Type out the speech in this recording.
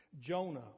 Jonah